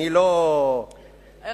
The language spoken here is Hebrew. רק